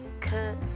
Cause